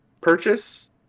purchase